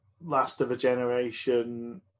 last-of-a-generation